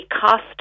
cost